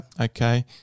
Okay